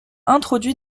introduit